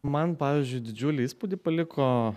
man pavyzdžiui didžiulį įspūdį paliko